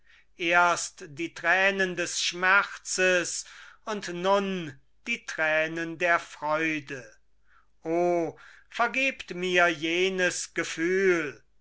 erst die tränen des schmerzes und nun die tränen der freude oh vergebt mir jenes gefühl